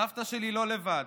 סבתא שלי לא לבד.